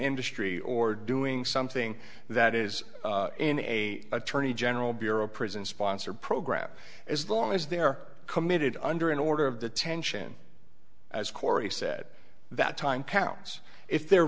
industry or doing something that is in a attorney general bureau a prison sponsored program as long as they're committed under an order of the tension as corey said that time pounds if the